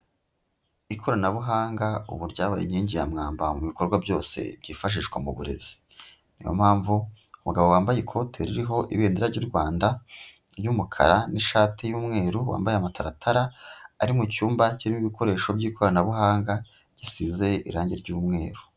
Ikoranabuhanga ubu ryabaye inkingi ya mwamba mu bikorwa byose byifashishwa mu burezi. Ni yo mpamvu umugabo wambaye ikote ririho Ibendera ry'u Rwanda ry'umukara n'ishati y'umweru, wambaye amataratara, ari mu cyumba kirimo ibikoresho by'ikoranabuhanga, gisize irangi ry'umweru.